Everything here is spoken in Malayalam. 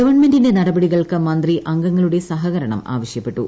ഗവൺമെന്റിന്റെ നടപടികൾക്ക് മന്ത്രി അംഗങ്ങളുടെ സഹകരണം ആവശ്യപ്പെട്ടു